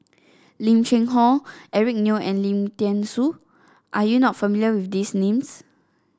Lim Cheng Hoe Eric Neo and Lim Thean Soo are you not familiar with these names